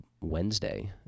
Wednesday